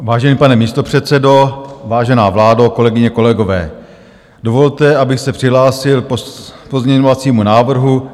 Vážený pane místopředsedo, vážená vládo, kolegyně, kolegové, dovolte, abych se přihlásil k pozměňovacímu návrhu 1642.